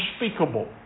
unspeakable